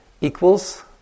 equals